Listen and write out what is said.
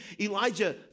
Elijah